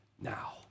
now